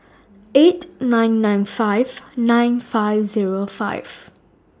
eight nine nine five nine five Zero five